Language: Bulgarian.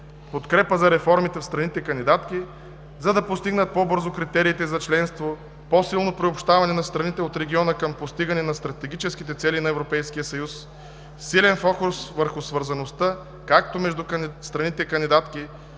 подкрепа за реформите в страните-кандидатки, за да постигат по-бързо критериите за членство; по-силно приобщаване на страните от региона към постигането на стратегическите цели на Европейския съюз; силен фокус върху свързаността както между страните кандидатки,